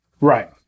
Right